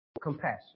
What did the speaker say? compassion